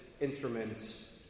instruments